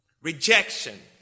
Rejection